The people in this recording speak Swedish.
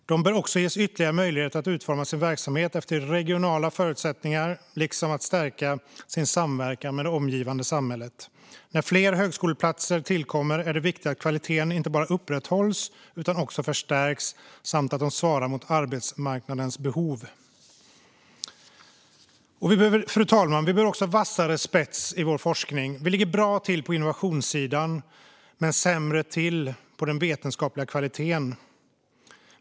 De bör också ges ytterligare möjligheter att utforma sin verksamhet efter regionala förutsättningar liksom att stärka sin samverkan med det omgivande samhället. När fler högskoleplatser tillkommer är det viktigt att kvaliteten inte bara upprätthålls utan också förstärks samt att de svarar mot arbetsmarknadens behov. Fru talman! Sverige behöver även vassare spets i forskningen. Man ligger bra till på innovationssidan, men sämre när det gäller den vetenskapliga kvaliteten.